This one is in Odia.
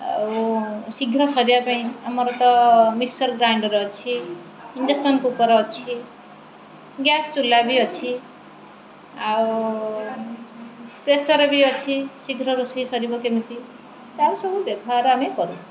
ଆଉ ଶୀଘ୍ର ସରିବା ପାଇଁ ଆମର ତ ମିକ୍ସର୍ ଗ୍ରାଇଣ୍ଡର୍ ଅଛି ଇଣ୍ଡକ୍ସନ୍ କୁକର୍ ଅଛି ଗ୍ୟାସ୍ ଚୁଲା ବି ଅଛି ଆଉ ପ୍ରେସର୍ ବି ଅଛି ଶୀଘ୍ର ରୋଷେଇ ସରିବ କେମିତି ତା ସବୁ ବ୍ୟବହାର ଆମେ କରୁ